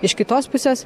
iš kitos pusės